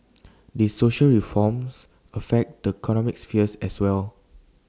these social reforms affect the sphere as well